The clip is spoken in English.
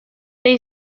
they